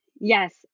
Yes